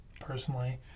Personally